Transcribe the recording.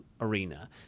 arena